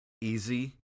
easy